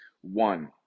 one